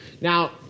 now